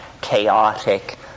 chaotic